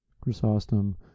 Chrysostom